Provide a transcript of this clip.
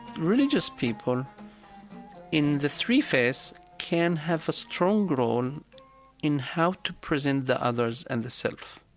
religious people in the three faiths can have a strong role in how to present the others and the self.